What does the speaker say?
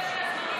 מה צפי הזמנים?